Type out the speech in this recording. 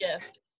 gift